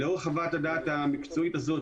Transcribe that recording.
לאור חוות הדעת המקצועית הזאת,